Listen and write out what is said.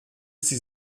sie